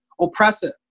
oppressive